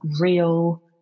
real